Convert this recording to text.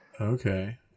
okay